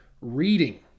reading